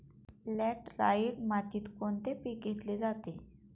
Laterite मातीत कोणते पीक घेतले जाते?